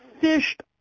fished